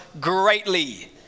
greatly